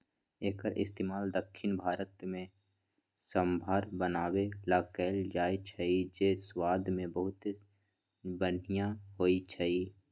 एक्कर इस्तेमाल दख्खिन भारत में सांभर बनावे ला कएल जाई छई जे स्वाद मे बहुते बनिहा होई छई